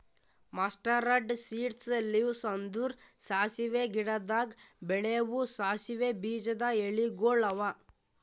mustard seeds leaves ಅಂದುರ್ ಸಾಸಿವೆ ಗಿಡದಾಗ್ ಬೆಳೆವು ಸಾಸಿವೆ ಬೀಜದ ಎಲಿಗೊಳ್ ಅವಾ